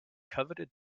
coveted